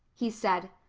he said.